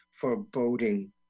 foreboding